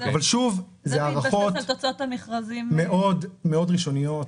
אבל שוב, אלו הערכות מאוד ראשוניות,